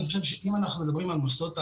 אני חושב שאם אנחנו מדברים על מוסדות ההכשרה,